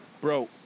bro